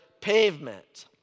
pavement